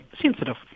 sensitive